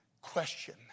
question